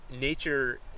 nature